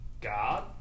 God